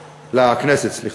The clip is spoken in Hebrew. לכנסת, סליחה.